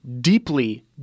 deeply